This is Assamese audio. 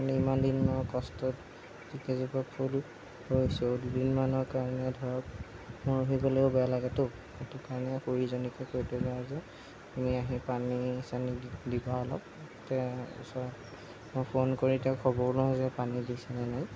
ইমান দিনৰ কষ্টত যি কেইজোপা ফুল ৰুইছোঁ দুদিনমানৰ কাৰণে ধৰক মৰহি গ'লেও বেয়া লাগেতো সেইটো কাৰণে খুৰীজনীকে কৈ থৈ যাওঁ যে আপুনি আহি পানী চানী দিবা অলপ তেওঁৰ ওচৰত মই ফোন কৰি খবৰ লওঁ যে পানী দিছে নে নাই